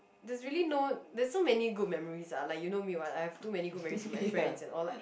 there's really no there's so many good memories lah like you know me [one] I have too many good memories with my friends and all like